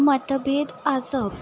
मतभेद आसप